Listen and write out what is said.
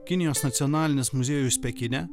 kinijos nacionalinis muziejus pekine